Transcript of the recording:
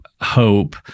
hope